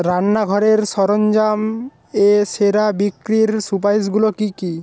রান্নাঘরের সরঞ্জাম এ সেরা বিক্রির সুপারিশগুলো কী কী